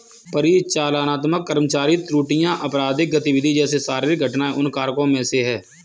परिचालनात्मक कर्मचारी त्रुटियां, आपराधिक गतिविधि जैसे शारीरिक घटनाएं उन कारकों में से है